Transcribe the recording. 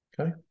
okay